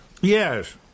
Yes